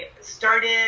started